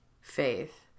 faith